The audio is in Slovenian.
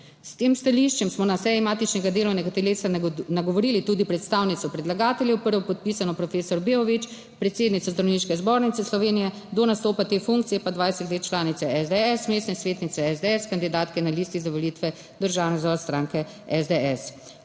S tem stališčem smo na seji matičnega delovnega telesa nagovorili tudi predstavnico predlagateljev, prvopodpisano prof. Beović, predsednico Zdravniške zbornice Slovenije, do nastopa te funkcije pa je bila 20 let članica SDS, mestna svetnica SDS, kandidatka na listi za volitve v Državni zbor stranke SDS.